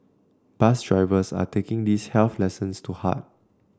bus drivers are taking these health lessons to heart